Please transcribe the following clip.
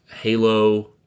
Halo